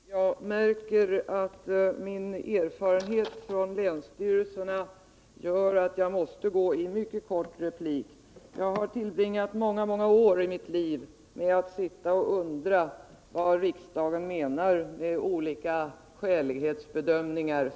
Herr talman! Jag märker att min erfarenhet från länsstyrelserna gör att jag måste gå in I debatten med ytterligare en replik. Jag har tillbringat många år av mitt liv med att sitta och undra över vad riksdagen menar med olika skälighetsbedömningar.